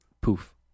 Poof